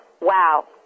Wow